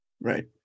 Right